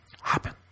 happen